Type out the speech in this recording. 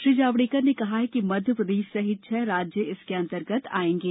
श्री जावड़ेकर ने कहा कि मध्य प्रदेश सहित छह राज्य इसके अन्तर्गत आएंगे